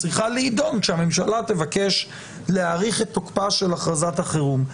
צריכה להידון כשהממשלה תבקש להאריך את תוקפה של הכרזת החירום.